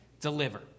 deliver